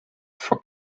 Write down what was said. for